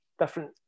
different